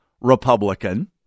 Republican